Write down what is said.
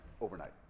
overnight